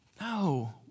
No